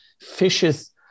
fishes